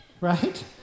right